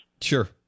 sure